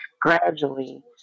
gradually